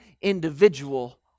individual